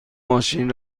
ماشین